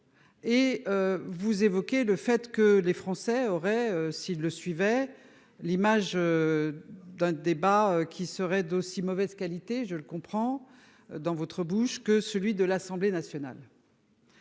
Et. Vous évoquez le fait que les Français auraient si le suivait l'image. D'un débat qui serait d'aussi mauvaise qualité je le comprends. Dans votre bouche que celui de l'Assemblée nationale.